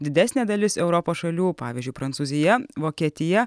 didesnė dalis europos šalių pavyzdžiui prancūzija vokietija